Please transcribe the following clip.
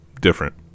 different